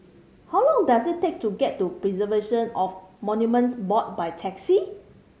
how long does it take to get to Preservation of Monuments Board by taxi